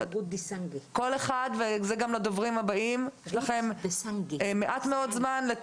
לכל אחד יש מעט מאוד זמן,